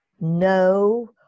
no